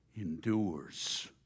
endures